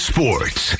Sports